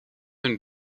hun